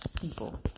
people